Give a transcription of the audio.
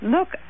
Look